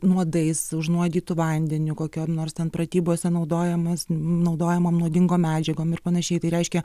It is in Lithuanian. nuodais užnuodytu vandeniu kokiom nors ten pratybose naudojamas naudojamom nuodingom medžiagom ir panašiai tai reiškia